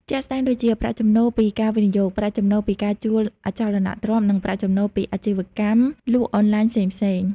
ជាក់ស្ដែងដូចជា ប្រាក់ចំណូលពីការវិនិយោគ ប្រាក់ចំណូលពីការជួលអចលនទ្រព្យ និងប្រាក់ចំណូលពីអាជីវកម្មលក់អនឡាញផ្សេងៗ។